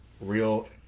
real